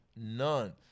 None